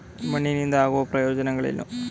ಮಣ್ಣಿನಿಂದ ಆಗುವ ಪ್ರಯೋಜನಗಳೇನು?